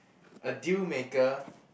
a deal maker